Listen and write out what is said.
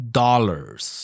dollars